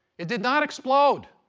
it did not explode.